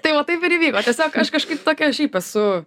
tai va taip ir įvyko tiesiog aš kažkaip tokia šiaip esu